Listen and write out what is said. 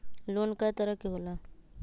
Loan कय तरह के होला?